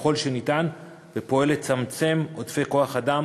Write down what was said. ככל האפשר, ופועל לצמצם עודפי כוח-אדם